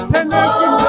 Permission